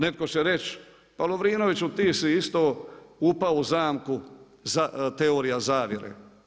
Netko će reći pa Lovrinoviću, ti si isto upao u zamku teorija zavjere.